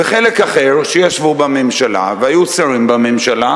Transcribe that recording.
וחלק אחר שישבו בממשלה והיו שרים בממשלה,